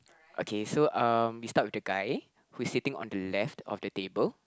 okay so um we start with the guy who is sitting on the left of the table